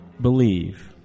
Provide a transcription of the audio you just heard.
believe